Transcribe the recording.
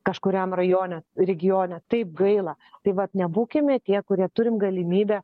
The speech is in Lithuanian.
kažkuriam rajone regione taip gaila tai vat nebūkime tie kurie turim galimybę